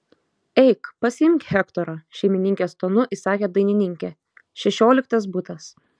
eik pasiimk hektorą šeimininkės tonu įsakė dainininkė šešioliktas butas